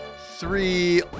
three